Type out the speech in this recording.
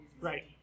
Right